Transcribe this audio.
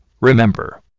remember